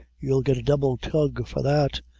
you'll get a double tug for that,